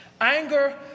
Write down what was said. Anger